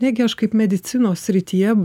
negi aš kaip medicinos srityje